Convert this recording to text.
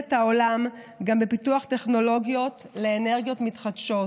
את העולם גם בפיתוח טכנולוגיות לאנרגיות מתחדשות.